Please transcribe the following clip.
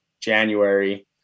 January